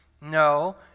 No